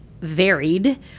varied